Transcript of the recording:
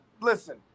Listen